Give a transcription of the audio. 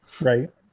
Right